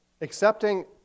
accepting